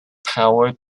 power